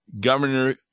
Governor